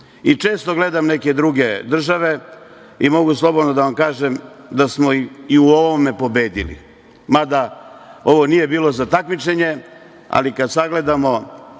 Srbije. Često gledam neke druge države i mogu slobodno da vam kažem da smo ih i u ovome pobedili. Mada, ovo nije bilo za takmičenje, ali kad sagledamo